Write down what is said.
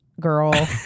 girl